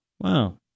Wow